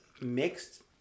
mixed